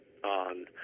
on